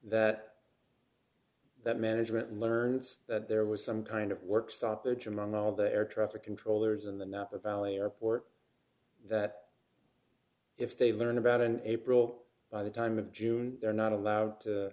that that management learns that there was some kind of work stoppage among all the air traffic controllers in the napa valley airport ready that if they learn about an april by the time of june they're not allowed to